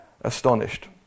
astonished